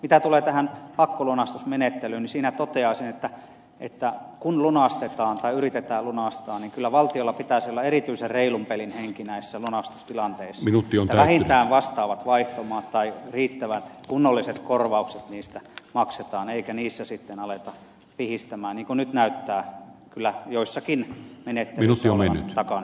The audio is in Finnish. mitä tulee tähän pakkolunastusmenettelyyn niin siinä toteaisin että kun lunastetaan tai yritetään lunastaa niin kyllä valtiolla pitäisi olla erityisen reilun pelin henki näissä lunastustilanteissa että vähintään vastaavat vaihtomaat tai riittävät kunnolliset korvaukset niistä maksetaan eikä niissä sitten aleta pihistää niin kuin nyt näyttää kyllä joissakin menettelyissä olevan takana